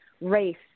race